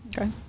Okay